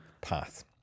path